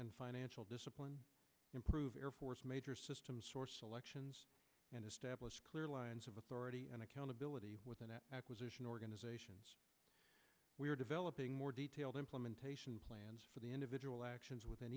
and financial discipline improve air force major system source elections and establish clear lines of authority and accountability within that acquisition organizations we are developing more detailed implementation plans for the individual actions within